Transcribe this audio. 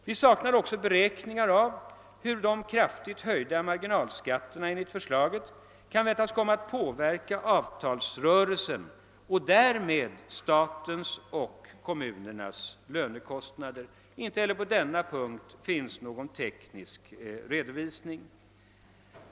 Vi saknar också beräkningar av hur de enligt förslaget kraftigt höjda marginalskatterna kan väntas komma att påverka avtalsrörelsen och därmed statens och kommunernas lönekostnader. Inte heller på denna punkt finns någon teknisk redovisning.